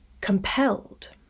compelled